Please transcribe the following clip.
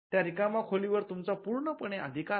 त्या रिकाम्या खोली वर तुमचा पूर्णपणे अधिकार आहे